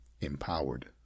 empowered